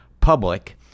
Public